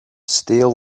steel